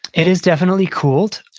it is definitely cooled.